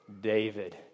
David